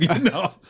No